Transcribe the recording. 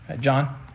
John